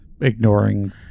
ignoring